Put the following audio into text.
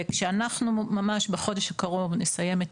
כשאנחנו ממש בחודש הקרוב נסיים את